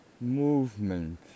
Movement